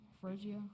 Phrygia